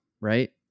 right